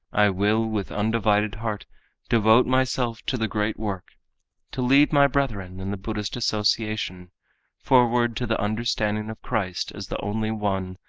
i will with undivided heart devote myself to the great work to lead my brethren in the buddhist association forward to the understanding of christ as the only one,